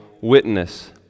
witness